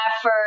effort